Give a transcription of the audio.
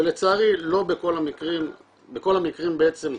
ולצערי בכל המקרים החוקיים,